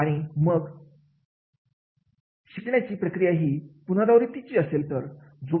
आहे मग शिकण्याची प्रक्रिया ची पुनरावृत्ती असेल